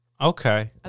Okay